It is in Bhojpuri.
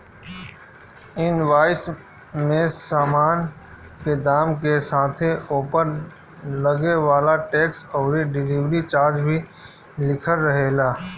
इनवॉइस में सामान के दाम के साथे ओपर लागे वाला टेक्स अउरी डिलीवरी चार्ज भी लिखल रहेला